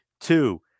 two